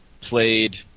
played